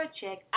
check